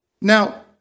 Now